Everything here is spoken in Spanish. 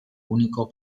único